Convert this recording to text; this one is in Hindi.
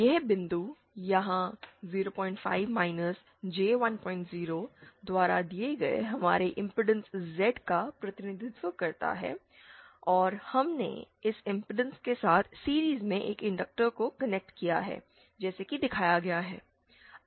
यह बिंदु यहाँ 05 J10 द्वारा दिए गए हमारे इमपीडेंस Z का प्रतिनिधित्व करता है और हमने इस इमपीडेंस के साथ सीरिज़ में एक इंडक्टर को कनेक्ट किया है जैसा कि दिखाया गया है